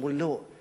אמרו לי: לא,